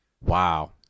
Wow